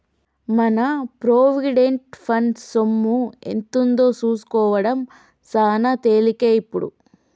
మన provident fund సొమ్ము ఎంతుందో సూసుకోడం సాన తేలికే ఇప్పుడు